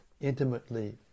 intimately